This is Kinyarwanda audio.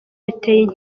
biteye